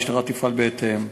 המשטרה תפעל בהתאם.